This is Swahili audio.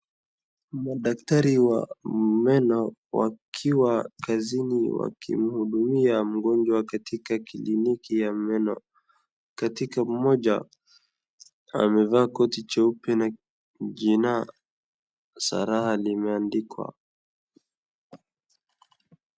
Madaktari wa meno wakiwa kazini wakimuhudumia mgonjwa katika kliniki ya meno. Katika mmoja amevaa koti jeupe na jina Sarah limeandikwa.